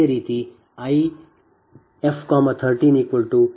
ಅದೇ ರೀತಿ I f 13 j0